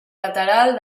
lateral